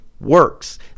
works